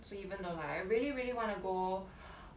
so even though I really really want to go